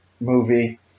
movie